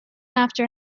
after